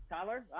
Tyler